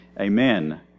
Amen